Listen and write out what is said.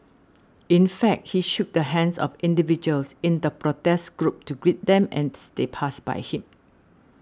in fact he shook the hands of individuals in the protest group to greet them as they passed by him